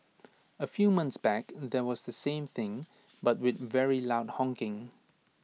A few months back there was the same thing but with very loud honking